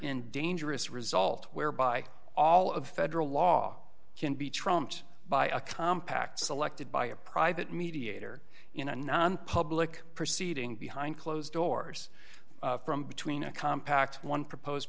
and dangerous result whereby all of federal law can be trumped by a compact selected by a private mediator in a non public proceeding behind closed doors from between a compact one proposed